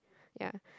ya